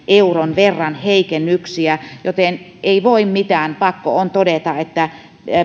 euron verran heikennyksiä joten ei voi mitään mutta pakko on todeta että